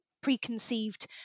preconceived